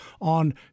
on